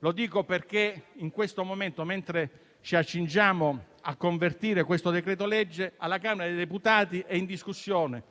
Lo dico perché, mentre ci accingiamo a convertire questo decreto-legge, alla Camera dei deputati sono in discussione